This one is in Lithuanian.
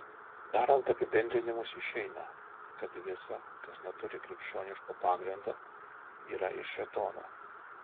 darant apibendrinimus išeina kad visa kas neturi krikščioniško pagrindo yra iš šėtono